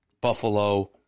Buffalo